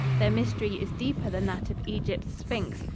their mystery is deeper than that of egypt's sphynx,